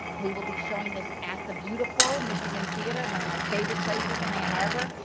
we will be showing this at the beautiful michigan theater, one of my favorite places in ann arbor,